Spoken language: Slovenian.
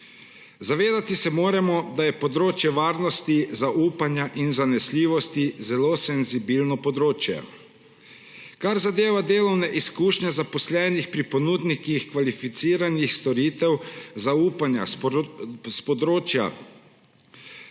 Zavedati se moramo, da je področje varnosti, zaupanja in zanesljivosti zelo senzibilno področje. Kar zadeva delovne izkušnje zaposlenih pri ponudnikih kvalificiranih storitev zaupanja s področja